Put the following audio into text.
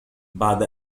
بعد